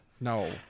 no